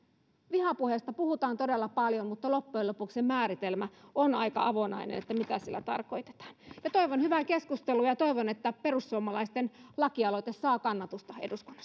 vihapuheesta puhutaan todella paljon mutta loppujen lopuksi se määritelmä on aika avonainen mitä sillä tarkoitetaan toivon hyvää keskustelua ja toivon että perussuomalaisten lakialoite saa kannatusta